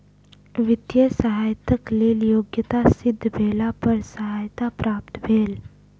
वित्तीय सहयताक लेल योग्यता सिद्ध भेला पर सहायता प्राप्त भेल